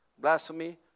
blasphemy